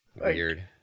Weird